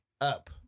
up